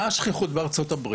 מה השכיחות בארה"ב?